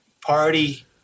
party